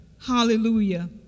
Hallelujah